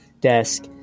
desk